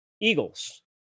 Eagles